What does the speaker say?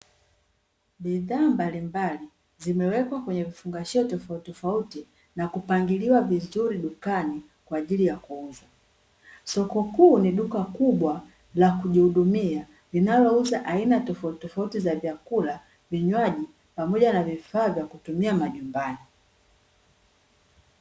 Bidhaa mbalimbali zimewekwa kwenye vifungashio tofautitofauti na kupangiliwa vizuri dukani kwa ajili ya kuuzwa. Soko kuu ni duka kubwa la kujihudumia, linalouza aina tofautitofauti za vyakula, vinywaji pamoja na vifaa vya kutumia majumbani.